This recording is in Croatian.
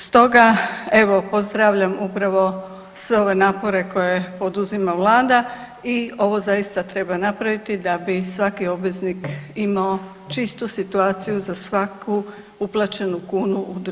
Stoga, evo pozdravljam upravo sve ove napore koje poduzima vlada i ovo zaista treba napraviti da bi svaki obveznik imao čistu situaciju za svaku uplaćenu kunu u državni proračun.